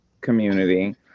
community